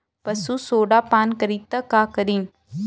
पशु सोडा पान करी त का करी?